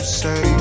say